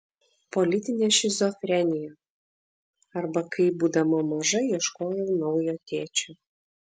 politinė šizofrenija arba kaip būdama maža ieškojau naujo tėčio